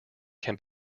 can